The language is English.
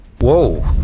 Whoa